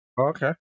Okay